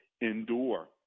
endure